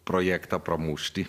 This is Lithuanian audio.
projektą pramušti